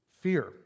Fear